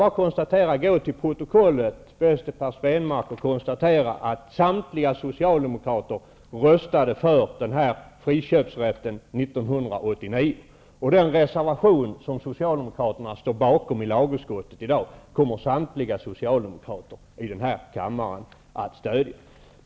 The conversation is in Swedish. Man behöver bara gå till protokollet för att kunna konstatera att samtliga socialdemokrater röstade för denna friköpsrätt 1989. Den reservation som socialdemokraterna nu avgivit till lagutskottets betänkande kommer samtliga socialdemokrater att stödja.